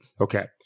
Okay